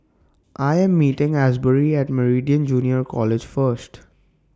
I Am meeting Asbury At Meridian Junior College First